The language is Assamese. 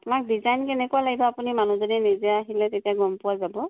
আপোনাক ডিজাইন কেনেকুৱা লাগিব আপুনি মানুহজনী নিজে আহিলে তেতিয়া গম পোৱা যাব